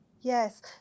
Yes